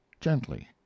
gently